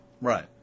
Right